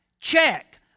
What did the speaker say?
check